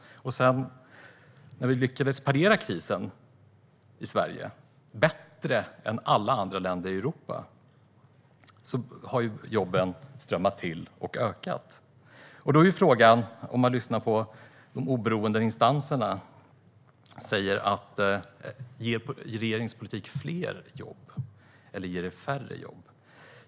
Vi lyckades i Sverige parera krisen bättre än i alla andra länder i Europa. Jobben har strömmat till och har ökat. Man kan lyssna på de oberoende instanserna. Ger regeringens politik fler jobb, eller ger den färre jobb?